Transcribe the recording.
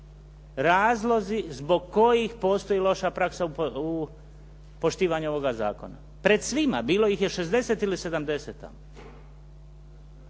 razlozi zbog kojih postoji loša praksa u poštivanju ovoga zakona. Pred svima, bilo ih je 60 ili 70